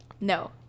no